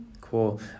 Cool